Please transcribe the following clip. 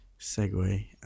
segue